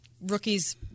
rookies